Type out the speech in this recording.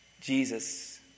Jesus